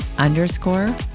underscore